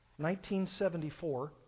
1974